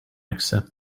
accept